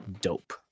dope